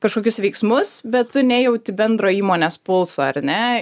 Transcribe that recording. kažkokius veiksmus bet tu nejauti bendro įmonės pulso ar ne